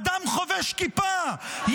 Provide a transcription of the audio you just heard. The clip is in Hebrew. אדם חובש כיפה,